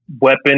weapon